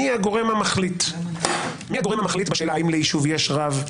מי הגורם המחליט בשאלה האם ליישוב יש רב,